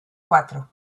cuatro